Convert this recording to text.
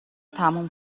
تموم